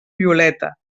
violeta